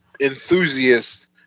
enthusiasts